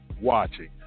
watching